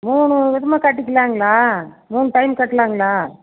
மூணு விதமாக கட்டிக்கலாங்களா மூணு டைம் கட்லாங்களா